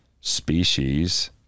species